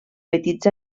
petits